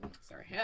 Sorry